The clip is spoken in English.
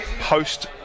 post